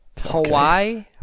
hawaii